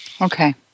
Okay